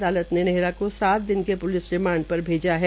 अदालत ने नेहरा को सात दिन के प्लिस रिमांड पर भेजा है